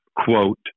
quote